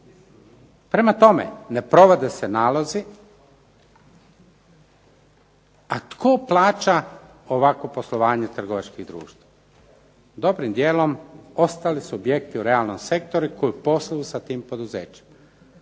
Prema tome, ne provode se nalozi. A tko plaća ovakvo poslovanje trgovačkih društava? Dobrim djelom ostali subjekti u realnom sektoru koji posluju sa tim poduzećima.